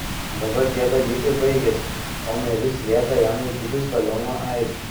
dabar tie dalykai baigėsi o meris liepė jam laikytis toliau nuo airių